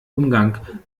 umgang